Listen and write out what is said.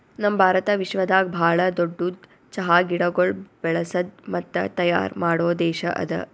ನಮ್ ಭಾರತ ವಿಶ್ವದಾಗ್ ಭಾಳ ದೊಡ್ಡುದ್ ಚಹಾ ಗಿಡಗೊಳ್ ಬೆಳಸದ್ ಮತ್ತ ತೈಯಾರ್ ಮಾಡೋ ದೇಶ ಅದಾ